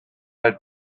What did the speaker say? are